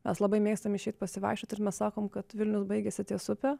mes labai mėgstam išeiti pasivaikščiot ir mes sakome kad vilnius baigiasi ties upe